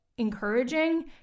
Encouraging